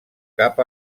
cap